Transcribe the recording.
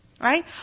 right